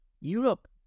Europe